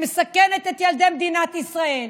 שמסכנת את ילדי מדינת ישראל,